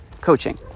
coaching